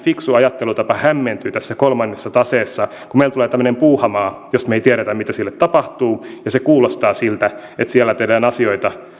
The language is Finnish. fiksu ajattelutapa hämmentyy tässä kolmannessa taseessa kun meille tulee tämmöinen puuhamaa josta me emme tiedä mitä sille tapahtuu ja se kuulostaa siltä että siellä tehdään asioita